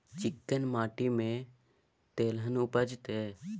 चिक्कैन माटी में तेलहन उपजतै?